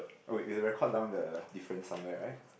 oh wait we have to record down the difference somewhere right